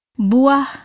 Buah